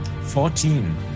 Fourteen